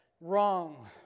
Wrong